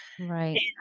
Right